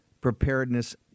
preparedness